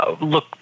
look